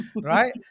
right